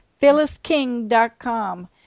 phyllisking.com